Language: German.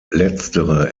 letztere